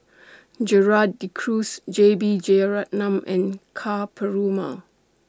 Gerald De Cruz J B Jeyaretnam and Ka Perumal